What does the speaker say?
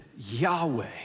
Yahweh